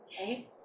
Okay